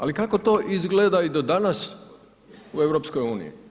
Ali kako to izgleda i do danas u EU?